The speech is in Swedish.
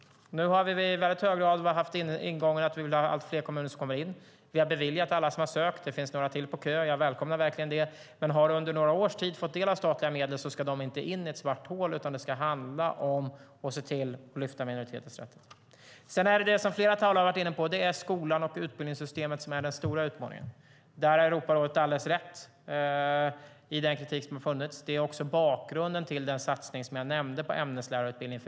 Nu har vi i hög grad haft ingången att vi vill ha allt fler kommuner som kommer in. Vi har beviljat alla som har sökt. Det finns några till på kö. Jag välkomnar verkligen det. Men har de under några års tid fått del av statliga medel ska de inte in i ett svart hål, utan det ska handla om att se till att lyfta minoriteters rättigheter. Sedan är det så som flera talare har varit inne på. Det är skolan och utbildningssystemet som är den stora utmaningen. Där har Europarådet alldeles rätt i den kritik som har funnits. Det är också bakgrunden till den satsning som jag nämnde på ämneslärarutbildning.